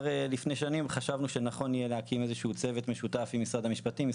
לפני שנים חשבנו שנכון יהיה להקים איזה שהוא צוות משותף עם משרד המשפטים,